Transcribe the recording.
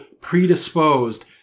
predisposed